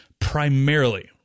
Primarily